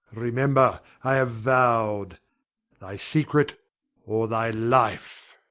remember, i have vowed thy secret or thy life!